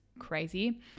crazy